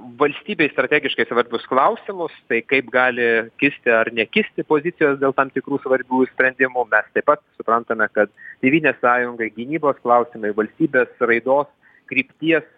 valstybei strategiškai svarbius klausimus tai kaip gali kisti ar nekeisti pozicijos dėl tam tikrų svarbių sprendimų mes taip pat suprantame kad tėvynės sąjungai gynybos klausimai valstybės raidos krypties